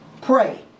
pray